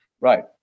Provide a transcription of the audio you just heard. Right